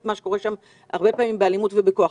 מה שקורה שם הרבה פעמים באלימות ובכוח.